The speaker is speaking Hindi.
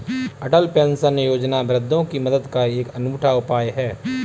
अटल पेंशन योजना वृद्धों की मदद का एक अनूठा उपाय है